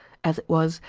as it was,